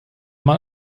mal